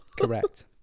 Correct